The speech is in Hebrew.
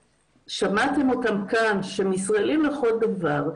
ששמעתם אותם כאן, שהם ישראלים לכל דבר,